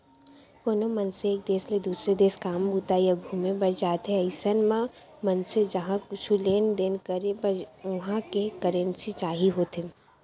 कोनो मनसे एक देस ले दुसर देस काम बूता या घुमे बर जाथे अइसन म मनसे उहाँ कुछु लेन देन करे बर उहां के करेंसी चाही होथे